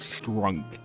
drunk